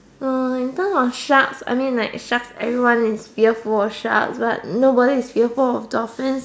uh in terms of sharks I mean like sharks everyone is fearful of sharks but nobody is fearful of dolphin